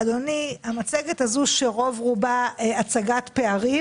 אדוני, במצגת הזו, שרוב רובה הוא הצגת פערים